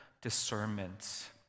discernment